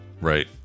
right